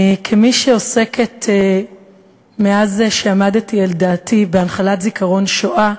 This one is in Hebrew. כמי שעוסקת, מאז עמדתי על דעתי, בזיכרון השואה,